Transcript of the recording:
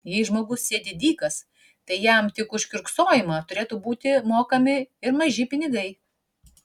jei žmogus sėdi dykas tai jam tik už kiurksojimą turėtų būti mokami ir maži pinigai